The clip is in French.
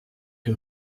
que